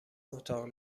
اتاق